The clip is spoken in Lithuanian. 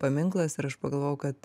paminklas ir aš pagalvojau kad